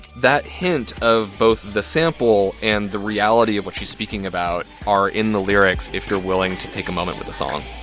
that hint of both the sample and the reality of what she's speaking about are in the lyrics if you're willing to take a moment with a song